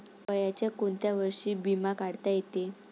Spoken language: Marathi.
वयाच्या कोंत्या वर्षी बिमा काढता येते?